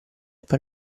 poi